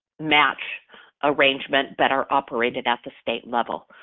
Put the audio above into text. maps arrangement that are operated at the state level.